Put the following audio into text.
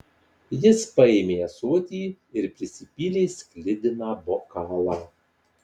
jis paėmė ąsotį ir prisipylė sklidiną bokalą